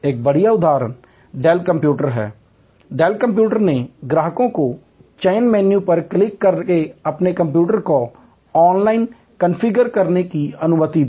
एक बढ़िया उदाहरण डेल कंप्यूटर है डेल कंप्यूटर ने ग्राहकों को चयन मेनू पर क्लिक करके अपने कंप्यूटर को ऑनलाइन कॉन्फ़िगर करने की अनुमति दी